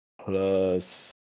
plus